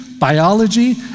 biology